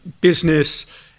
business